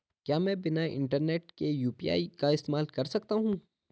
क्या मैं बिना इंटरनेट के यू.पी.आई का इस्तेमाल कर सकता हूं?